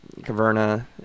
Caverna